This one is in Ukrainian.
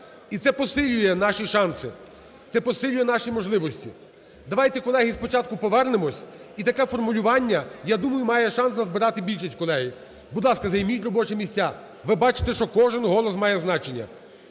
І це посилює наші шанси, це посилює наші можливості. Давайте, колеги, спочатку повернемось, і таке формулювання, я думаю, має шанс назбирати більшість, колеги. Будь ласка, займіть робочі місця. Ви бачите, що кожен голос має значення.